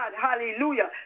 Hallelujah